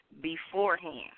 beforehand